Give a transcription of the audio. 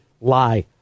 lie